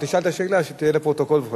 תשאל כבר את השאלה שתהיה, לפרוטוקול.